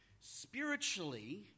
Spiritually